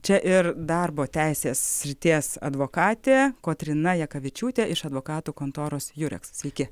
čia ir darbo teisės srities advokatė kotryna jakavičiūtė iš advokatų kontoros jurex sveiki